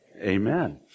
amen